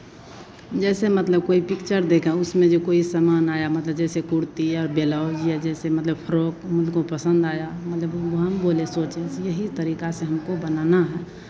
जैसे मतलब कोई पिक्चर देखा उसमें जो कोई सामान आया मतलब जैसे कुर्ती और बेलौज या जैसे मतलब फ्रॉक उनको पसंद आया मतलब वो हम बोले सोचे स यही तरीका से हमको बनाना है